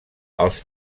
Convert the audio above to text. els